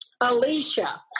Alicia